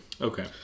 Okay